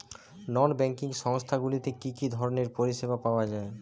নন banking সংস্থা গুলিতে কি কি ধরনের পরিসেবা পাওয়া য়ায়?